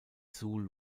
suhl